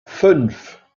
fünf